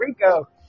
Rico